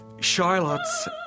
Charlotte's